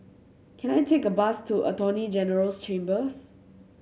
can I take a bus to Attorney General's Chambers